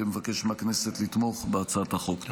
ומבקש מהכנסת לתמוך בהצעת החוק.